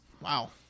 Wow